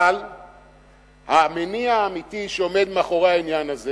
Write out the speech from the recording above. אבל המניע האמיתי שעומד מאחורי העניין הזה